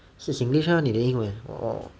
是 singlish lor 你的英文我